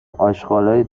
آشغالای